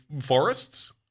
forests